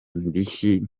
ndishyi